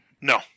no